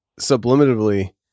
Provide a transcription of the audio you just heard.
subliminally